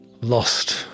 lost